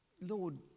Lord